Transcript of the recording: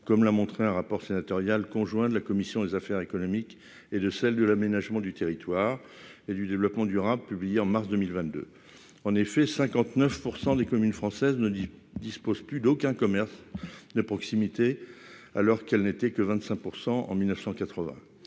comme l'a montré un rapport sénatorial conjoint de la commission des affaires économiques et de celle de l'aménagement du territoire et du développement durable, publié en mars 2022, en effet, 59 % des communes françaises ne dis dispose plus d'aucun commerce de proximité, alors qu'elles n'étaient que 25 % en 1980